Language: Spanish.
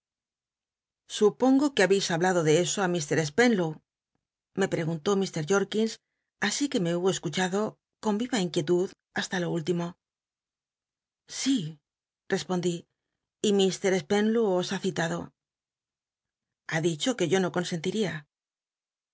supongo que habeis hablado de eso á ir spcnlow me preguntó llr jorkins así que me hubo c cuchado con yiya inquietud basta lo último sí respondí r llr spenlow os ha citado lla dicho que yo no conscnlil'ia